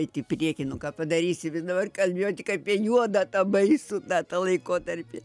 eit į priekį nu ką padarysi dabar kalbėjau tik apie juodą tą baisų tą tą laikotarpį